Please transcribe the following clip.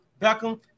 Beckham